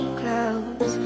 close